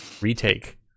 retake